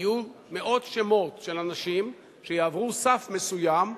יהיו מאות שמות של אנשים שיעברו סף מסוים,